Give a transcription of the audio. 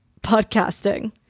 podcasting